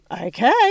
okay